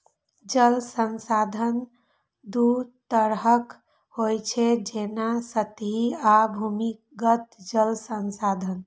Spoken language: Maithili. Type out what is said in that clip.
जल संसाधन दू तरहक होइ छै, जेना सतही आ भूमिगत जल संसाधन